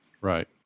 Right